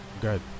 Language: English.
good